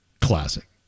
classic